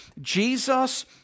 Jesus